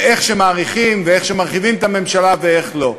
ואיך מאריכים ואיך מרחיבים את הממשלה ואיך לא.